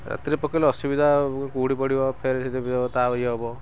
ରାତିରେ ପକେଇଲେ ଅସୁବିଧା କୁହୁଡ଼ି ପଡ଼ିବ ଫେର୍ ତାର ଇଏ ହେବ